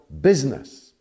business